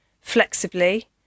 flexibly